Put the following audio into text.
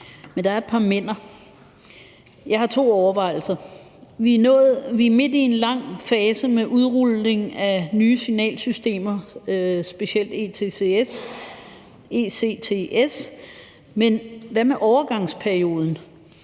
men der er et par men'er. Jeg har to overvejelser. Vi er midt i en lang fase med udrulning af nye signalsystemer, specielt ETCS, men hvad med overgangsperioden?